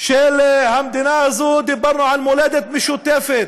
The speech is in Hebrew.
של המדינה הזאת, דיברנו על מולדת משותפת,